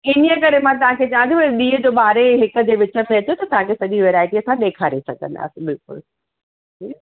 इन करे मां तव्हांखे चवां थी भई ॾींहं जो ॿारहं हिक जे विच में अचो त तव्हांखे सॼी वैरायटी असां ॾेखारे सघंदासीं बिल्कुलु